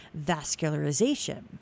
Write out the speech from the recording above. vascularization